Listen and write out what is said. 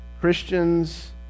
Christians